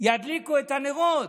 ידליקו את הנרות.